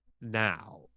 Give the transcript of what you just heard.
now